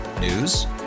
News